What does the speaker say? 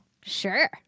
Sure